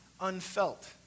unfelt